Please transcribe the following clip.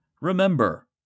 remember